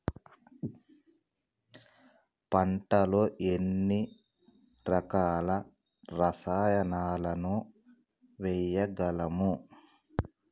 పంటలలో ఎన్ని రకాల రసాయనాలను వేయగలము?